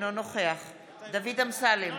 אינו נוכח דוד אמסלם,